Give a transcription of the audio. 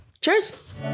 Cheers